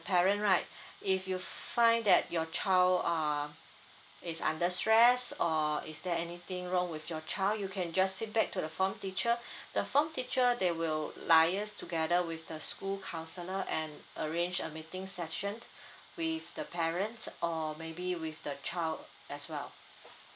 parent right if you find that your child are is under stress or is there anything wrong with your child you can just feedback to the form teacher the form teacher they will liaise together with the school counselor and arrange a meeting session with the parents or maybe with the child as well